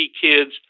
kids